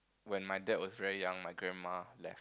when my dad was very young my grandma left